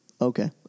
Okay